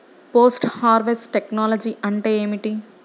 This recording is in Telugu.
పోస్ట్ హార్వెస్ట్ టెక్నాలజీ అంటే ఏమిటి?